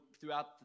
throughout